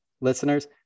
listeners